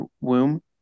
womb